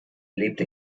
lebte